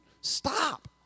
stop